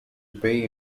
pay